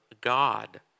God